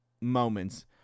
moments